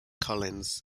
collins